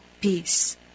peace